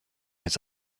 his